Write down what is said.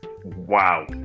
Wow